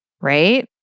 right